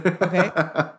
okay